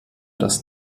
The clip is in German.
das